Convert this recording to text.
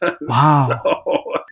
Wow